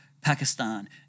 Pakistan